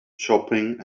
shopping